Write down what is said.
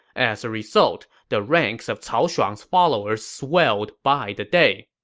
as a result, the ranks of cao shuang's followers swelled by the day.